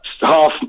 half